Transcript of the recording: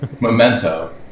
Memento